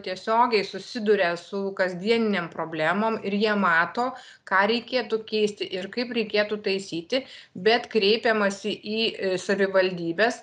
tiesiogiai susiduria su kasdieninėm problemom ir jie mato ką reikėtų keisti ir kaip reikėtų taisyti bet kreipiamasi į savivaldybes